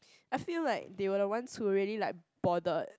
I feel like they're the ones who really like bothered